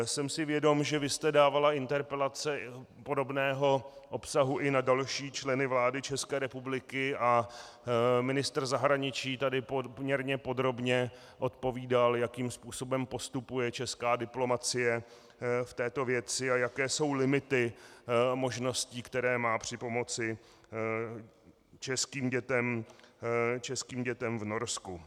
Jsem si vědom, že vy jste dávala interpelace podobného obsahu i na další členy vlády České republiky a ministr zahraničí tady poměrně podrobně odpovídal, jakým způsobem postupuje česká diplomacie v této věci a jaké jsou limity možností, které má při pomoci českým dětem v Norsku.